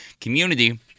community